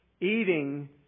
Eating